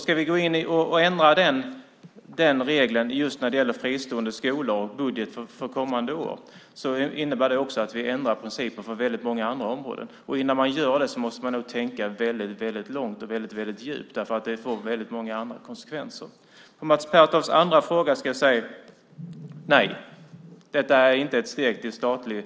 Ska vi gå in och ändra den regeln just när det gäller fristående skolor och budget för kommande år innebär det också att vi ändrar principen för väldigt många andra områden. Innan man gör det måste man tänka långt och djupt, eftersom det får väldigt många andra konsekvenser. Svaret på Mats Pertofts andra fråga är: Nej, detta är inte ett steg mot ett